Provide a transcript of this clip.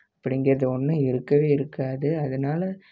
அப்படிங்கிறது ஒன்று இருக்கவே இருக்காது அதனால